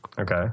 Okay